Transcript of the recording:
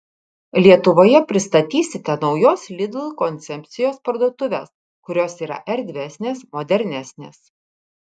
lietuvoje pristatysite naujos lidl koncepcijos parduotuves kurios yra erdvesnės modernesnės